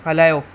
हलायो